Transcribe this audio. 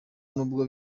nubwo